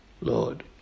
Lord